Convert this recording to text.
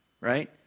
Right